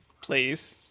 please